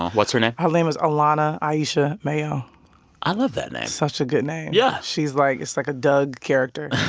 what's her name? her name is alana aisha mayo i love that name such a good name yeah she's like it's like a doug character